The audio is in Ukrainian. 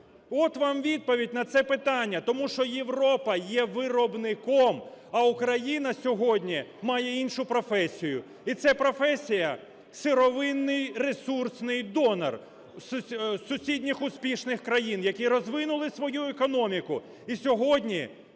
От вам відповідь на це питання. Тому що Європа є виробником, а Україна сьогодні має іншу професію, і це професія – сировинний ресурсний донор сусідніх успішних країн, які розвинули свою економіку